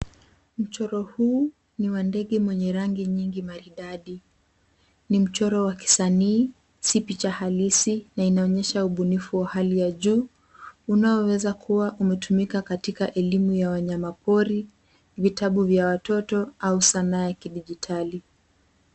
Mchoro huu ni wa ndege mwenye rangi nyingi maridadi. Ni mchoro wa kisanii si picha halisi na inaonyesha ubunifu wa hali ya juu unaoweza kuwa umetumika katika elimu ya wanyama pori vitabu vya watoto au sanaa ya kijiditali.